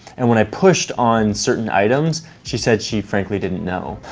and when i pushed on certain items she said she frankly didn't know.